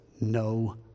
no